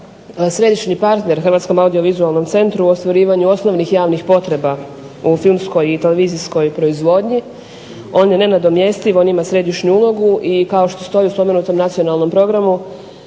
središnji partner Hrvatskom audiovizualnom centru u ostvarivanju osnovnih javnih potreba u filmskoj i televizijskoj proizvodnji, on je nenadomjestiv, on ima središnju ulogu i kao što stoji u spomenutom nacionalnom programu,